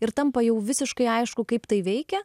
ir tampa jau visiškai aišku kaip tai veikia